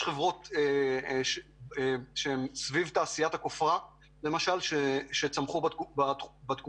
יש חברות סביב תעשיית הכופר שצמחו לאחרונה.